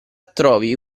trovi